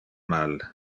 mal